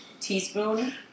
teaspoon